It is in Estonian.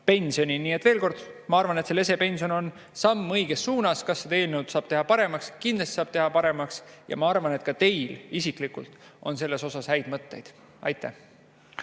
pensioni. Nii et veel kord: ma arvan, et see lesepension on samm õiges suunas. Kas seda eelnõu saab teha paremaks? Kindlasti saab seda teha paremaks. Ja ma arvan, et ka teil isiklikult on selle kohta häid mõtteid. Ülle